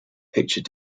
picture